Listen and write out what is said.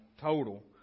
Total